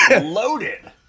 loaded